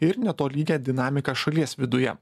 ir netolygią dinamiką šalies viduje